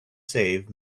save